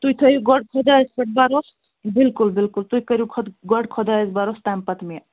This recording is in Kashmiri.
تُہۍ تھٲوِو گۄڈٕ خۄدایس پٮ۪ٹھ بروس بلکُل بلکُل تُہۍ کٔرِو خود گۄڈٕ خۄدایس بروس تَمہِ پتہٕ مےٚ